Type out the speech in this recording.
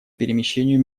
перемещению